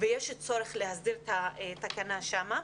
ויש צורך להסדיר את התקנה שם.